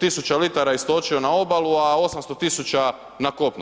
100.000 litara istočio na obalu, a 800.000 na kopno.